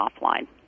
offline